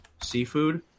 seafood